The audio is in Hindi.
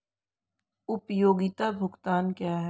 उपयोगिता भुगतान क्या हैं?